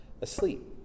asleep